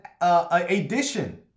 addition